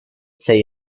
say